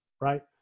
right